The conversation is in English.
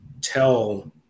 tell